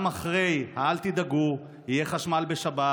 גם אחרי ה'אל תדאגו, יהיה חשמל בשבת'